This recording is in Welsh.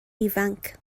ifanc